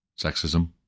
sexism